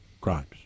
crimes